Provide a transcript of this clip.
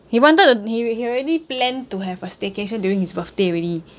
he wanted to he he already plan to have a staycation during his birthday already